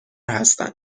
هستند